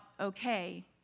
okay